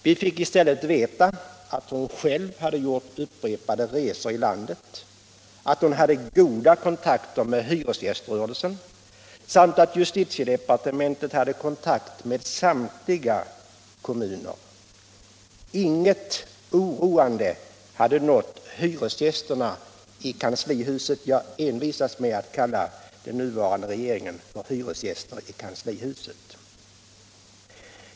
Vi fick i stället veta att hon själv hade gjort upprepade resor i landet, att hon hade goda kontakter med hyresgäströrelsen samt att justitiedepartementet hade kontakt med samtliga kommuner. Inget oroande hade nått hyresgästerna i kanslihuset. Jag envisas med att kalla den nuvarande regeringen för hyresgäster i kanslihuset.